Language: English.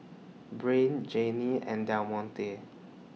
Brain Janine and Demonte